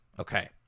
Okay